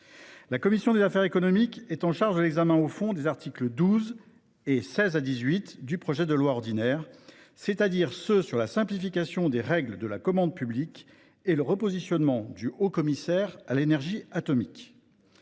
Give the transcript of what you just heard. La commission des affaires économiques a été chargée de l’examen au fond des articles 12 et 16 à 18 du projet de loi ordinaire, c’est à dire de ceux qui portent sur la simplification des règles de la commande publique, ainsi que sur le repositionnement du haut commissaire à l’énergie atomique